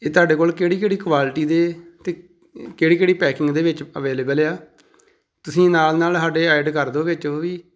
ਇਹ ਤੁਹਾਡੇ ਕੋਲ ਕਿਹੜੀ ਕਿਹੜੀ ਕੁਆਲਿਟੀ ਦੇ ਅਤੇ ਕਿਹੜੀ ਕਿਹੜੀ ਪੈਕਿੰਗ ਦੇ ਵਿੱਚ ਅਵੇਲੇਬਲ ਆ ਤੁਸੀਂ ਨਾਲ ਨਾਲ ਸਾਡੇ ਐਡ ਕਰ ਦਿਓ ਵਿੱਚ ਉਹ ਵੀ